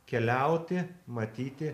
keliauti matyti